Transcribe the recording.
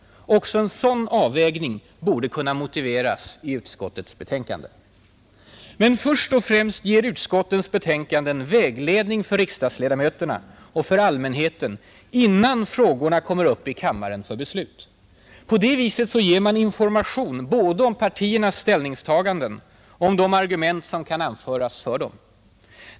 Också en sådan avvägning borde kunna motiveras i utskottets betänkande. Men först och främst ger utskottets betänkanden vägledning för riksdagsledamöterna och för allmänheten innan frågorna kommer upp i kammaren för beslut. På det viset ger man information både om partiernas ställningstaganden och om de argument som kan anföras för dem.